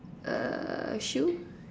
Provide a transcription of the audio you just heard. uh shoe